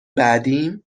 بعدیم